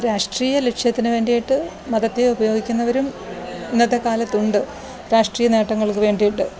രാഷ്ട്രീയ ലക്ഷ്യത്തിനു വേണ്ടിയിട്ട് മതത്തെ ഉപയോഗിക്കുന്നവരും ഇന്നത്തെ കാലത്തുണ്ട് രാഷ്ട്രീയ നേട്ടങ്ങൾക്കു വേണ്ടിയിട്ട്